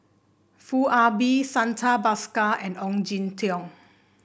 Foo Ah Bee Santha Bhaskar and Ong Jin Teong